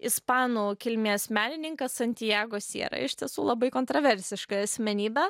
ispanų kilmės menininkas santjago siera iš tiesų labai kontroversiška asmenybė